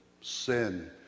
sin